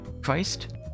Christ